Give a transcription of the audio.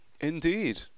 Indeed